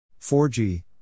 4G